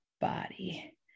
body